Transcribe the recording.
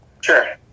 Sure